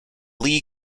lee